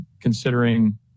considering